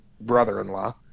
brother-in-law